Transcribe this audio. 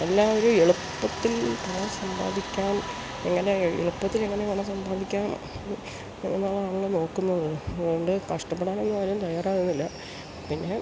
എല്ലാവരു എളുപ്പത്തിൽ പണം സമ്പാദിക്കാൻ എങ്ങനെ എളുപ്പത്തിലങ്ങനെ പണം സമ്പാദിക്കാം എന്ന് എന്നാണ് നമ്മള് നോക്കുന്നത് അത്കൊണ്ട് കഷ്ടപ്പെടാനൊന്നും ആരും തയ്യാകുന്നില്ല പിന്നെ